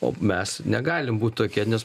o mes negalim būt tokie nes